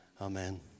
amen